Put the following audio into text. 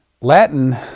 Latin